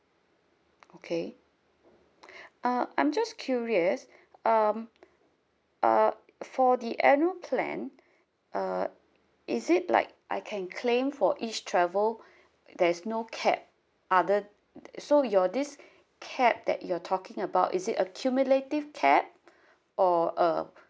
okay uh I'm just curious um uh for the annual plan uh is it like I can claim for each travel there's no cap other so your this cap that you're talking about is it accumulative cap or uh